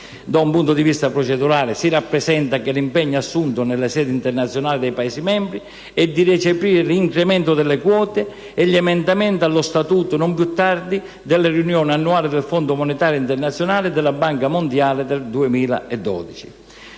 Da un punto di vista procedurale, si rappresenta che l'impegno assunto nelle sedi internazionali dai Paesi membri è quello di recepire l'incremento delle quote e gli emendamenti allo Statuto non più tardi delle riunioni annuali del Fondo monetario internazionale e della Banca mondiale del 2012.